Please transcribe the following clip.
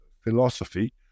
philosophy